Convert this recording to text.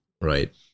right